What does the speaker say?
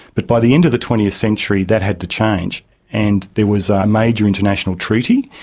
but by the end of the twentieth century that had to change and there was a major international treaty,